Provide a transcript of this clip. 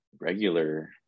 regular